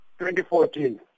2014